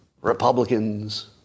Republicans